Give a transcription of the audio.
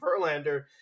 Verlander